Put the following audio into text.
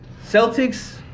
Celtics